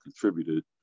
contributed